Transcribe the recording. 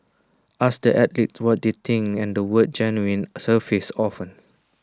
ask the athletes what they think and the word genuine surfaces often